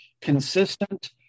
consistent